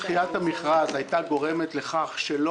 אם דחיית המכרז הייתה גורמת לכך שלא